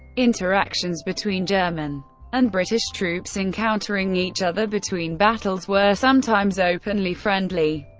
interactions between german and british troops encountering each other between battles were sometimes openly friendly.